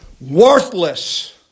Worthless